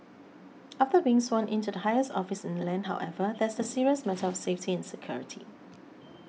after being sworn in to the highest office in the land however there's the serious matter of safety and security